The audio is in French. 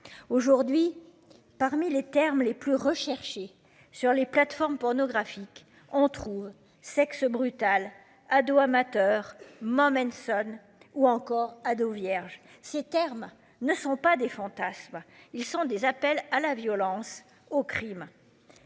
Aujourd'hui parmi les termes les plus recherchés sur les plateformes pornographique on trouve sexe brutal ados amateurs Mohamed sonne ou encore ado vierge. Ces termes ne sont pas des fantasmes. Ils sont des appels à la violence au crime.